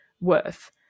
worth